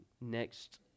next